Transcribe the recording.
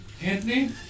Anthony